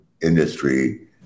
industry